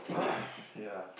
ya